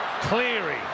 Cleary